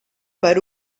per